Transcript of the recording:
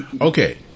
Okay